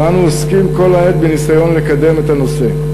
ואנו עוסקים כל העת בניסיון לקדם נושא זה.